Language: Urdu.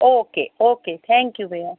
اوکے اوکے تھینک یو بھیا